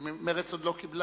ואחריו,